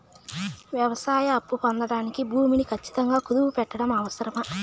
వ్యవసాయ అప్పు పొందడానికి భూమిని ఖచ్చితంగా కుదువు పెట్టడం అవసరమా?